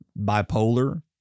bipolar